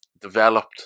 developed